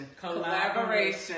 Collaboration